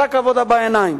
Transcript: רק עבודה בעיניים.